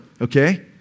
okay